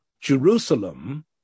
Jerusalem